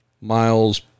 miles